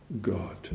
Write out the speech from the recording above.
God